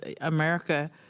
America